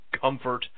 comfort